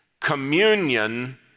communion